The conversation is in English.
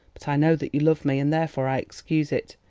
but i know that you love me, and therefore i excuse it.